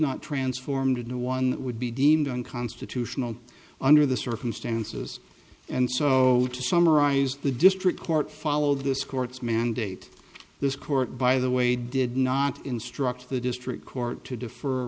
not transformed no one would be deemed unconstitutional under the circumstances and so to summarize the district court followed this court's mandate this court by the way did not instruct the district court to defer a